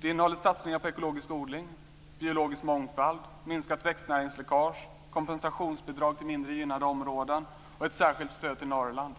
Den innehåller satsningar på ekologisk odling, biologisk mångfald, minskat växtnäringsläckage, kompensationsbidrag till mindre gynnade områden och ett särskilt stöd till Norrland.